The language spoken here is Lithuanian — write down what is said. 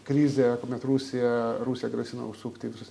krizė kuomet rusija rusija grasino užsukti visus